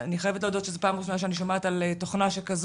אני חייבת להודות שזו פעם ראשונה שאני שומעת על תוכנה שכזו.